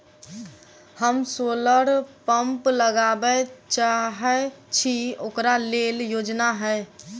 हम solar pump लगाबै चाहय छी ओकरा लेल योजना हय?